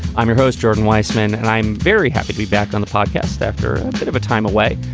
i'm your host, jordan weisman. and i'm very happy to be back on the podcast after a bit of a time away.